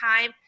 time